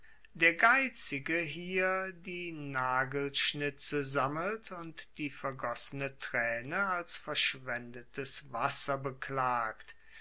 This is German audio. der geizige hier die nagelschnitze sammelt und die vergossene traene als verschwendetes wasser beklagt